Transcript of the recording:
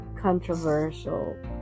controversial